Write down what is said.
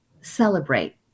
celebrate